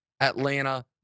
Atlanta